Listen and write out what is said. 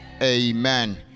Amen